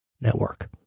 network